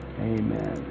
Amen